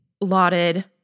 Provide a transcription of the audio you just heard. lauded